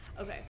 Okay